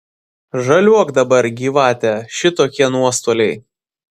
žaliuok dabar gyvate šitokie nuostoliai